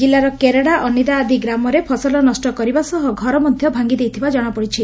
ଜିଲ୍ବାର କେରେଡ଼ା ଅନିଦା ଆଦି ଗ୍ରାମରେ ଫସଲ ନଷ୍ଟ କରିବା ସହ ଘର ମଧ ଭାଙ୍ଗିଦେଇଥିବା ଜଶାପଡ଼ିଛି